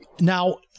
Now